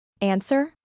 Answer